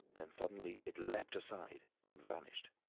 then suddenly it leapt aside and vanished.